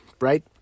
right